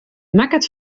makket